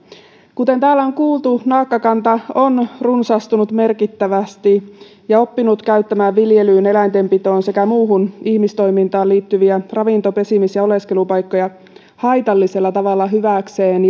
kuten täällä on kuultu naakkakanta on runsastunut merkittävästi ja oppinut käyttämään viljelyyn eläintenpitoon sekä muuhun ihmistoimintaan liittyviä ravinto pesimis ja oleskelupaikkoja haitallisella tavalla hyväkseen